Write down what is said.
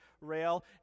rail